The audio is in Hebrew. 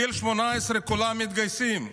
גיל 18, כולם מתגייסים.